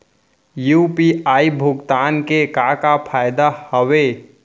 UPI भुगतान के का का फायदा हावे?